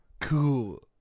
Cool